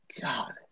God